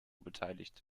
beteiligt